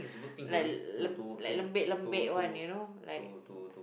like lembik lembik [one] you know like